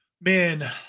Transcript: man